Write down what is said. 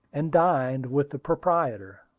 and dined with the proprietor.